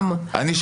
כן.